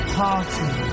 party